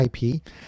IP